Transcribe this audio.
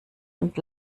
und